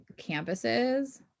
campuses